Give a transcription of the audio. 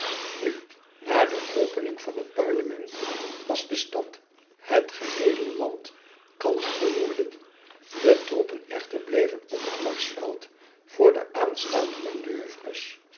nu na de opening van het parlement was de stad het geheele land kalm geworden de troepen echter bleven op het marsveld voor de aanstaande manoeuvres